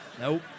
Nope